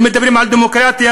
אם מדברים על דמוקרטיה,